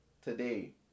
today